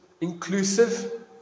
inclusive